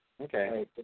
Okay